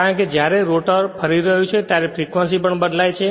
કારણ કે જ્યારે જ્યારે રોટર ફરી રહ્યું હોય ત્યારે ફ્રેક્વંસી પણ બદલાય છે